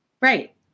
right